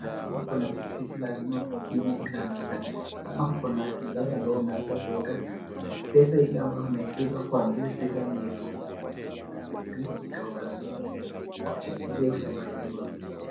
ata kama uko na pikipiki lazima ukuwe na bima hili ambao ni rahizi, nao kuna nambari unaweza kuiweka na pesa ambao unaweza lipa kwa miezi sita ni elfu mbili mia tana ili itakugarimika katika utawi wa pikipiki.